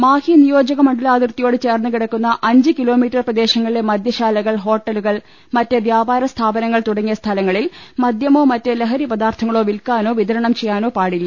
മാഹി നിയോജക മണ്ഡലാതിർത്തിയോട് ചേർന്ന് കിടക്കുന്ന അഞ്ച് കിലോമീറ്റർ പ്രദേശങ്ങളിലെ മദൃശാലകൾ ഹോട്ടലുകൾ മറ്റ് വ്യാപാര സ്ഥാപനങ്ങൾ തുടങ്ങിയ സ്ഥലങ്ങളിൽ മദ്യമോ മറ്റ് ലഹരി പദാർഥങ്ങളോ വിൽക്കാനോ വിതരണം ചെയ്യാനോ പാടില്ല